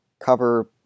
cover